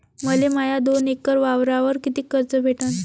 मले माया दोन एकर वावरावर कितीक कर्ज भेटन?